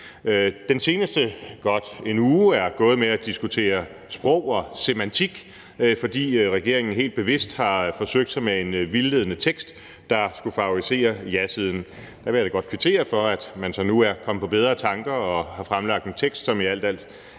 Den seneste godt en uge er gået med at diskutere sprog og semantik, fordi regeringen helt bevidst har forsøgt sig med en vildledende tekst, der skulle favorisere jasiden. Og der vil jeg da godt kvittere for, at man så nu er kommet på bedre tanker og har fremlagt en tekst, som alt andet